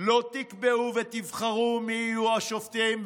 לא תקבעו ותבחרו מי יהיו השופטים.